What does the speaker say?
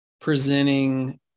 presenting